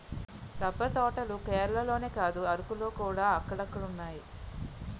rubber తోటలు కేరళలోనే కాదు అరకులోకూడా అక్కడక్కడున్నాయి